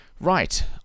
Right